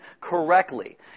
correctly